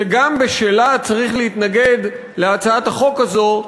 שגם בשלה צריך להתנגד להצעת החוק הזאת,